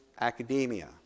academia